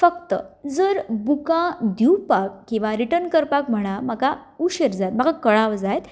फक्त जर बुकां दिवपाक वा रिर्टन करपाक म्हणा म्हाका उशीर जाय म्हाका कळाव जायत